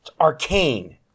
arcane